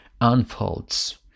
unfolds